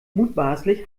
mutmaßlich